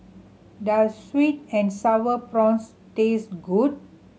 does sweet and Sour Prawns taste good